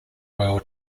royal